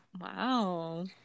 wow